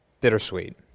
bittersweet